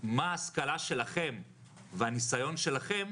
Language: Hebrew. מה ההשכלה שלכם והניסיון שלכם